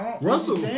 Russell